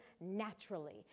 naturally